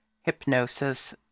hypnosis